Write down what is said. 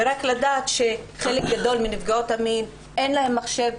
ורק לדעת שלחלק הגדול מנפגעות המין אין מחשב,